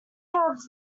have